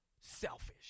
selfish